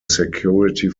security